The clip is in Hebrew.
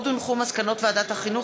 מסקנות ועדת החינוך,